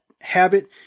habit